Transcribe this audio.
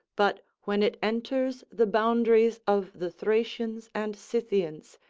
but when it enters the boundaries of the thracians and scythians,